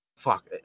fuck